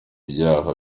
byaha